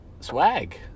Swag